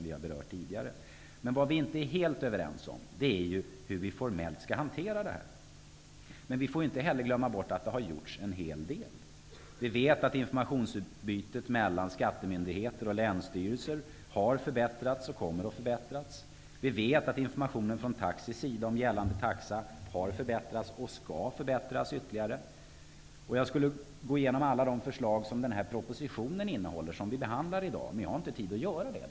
Vad vi inte är helt överens om är hur vi formellt skall hantera det. En hel del har dock gjorts. Informationsutbytet mellan skattemyndigheter och länsstyrelser har förbättrats och kommer att förbättras. Informationen från taxis sida om gällande taxa har förbättrats och skall förbättras ytterligare. Jag skulle kunna gå igenom alla de förslag som finns i den proposition som vi behandlar i dag, men jag har inte tid att göra det.